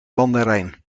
mandarijn